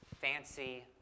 Fancy